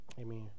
Amen